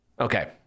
Okay